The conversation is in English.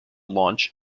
launch